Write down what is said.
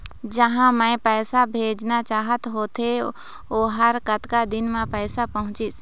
जहां मैं पैसा भेजना चाहत होथे ओहर कतका दिन मा पैसा पहुंचिस?